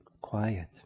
quiet